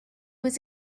was